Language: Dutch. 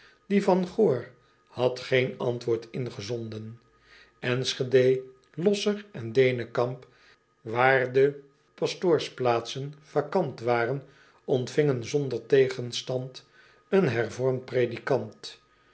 die van oor had geen antwoord ingezonden nschede osser en enekamp waar de pastoorsplaatsen vacant waren ontvingen zonder tegenstand een ervormd